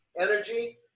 Energy